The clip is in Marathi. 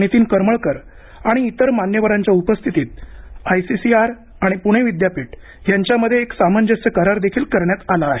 नितीन करमळकर आणि इतर मान्यवरांच्या उपस्थितीत आयसीसीआर आणि पुणे विद्यापीठ यांच्यामध्ये एक सामंजस्य करार देखील करण्यात आला आहे